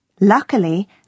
Luckily